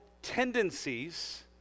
Tendencies